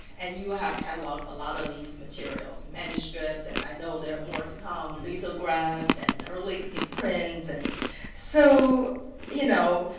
and you have cataloged a lot of these materials, manuscripts and i know there are more to come. lithographs and early prints. and so you know,